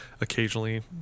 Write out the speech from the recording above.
occasionally